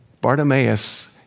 Bartimaeus